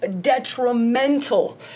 detrimental